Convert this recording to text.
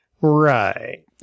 Right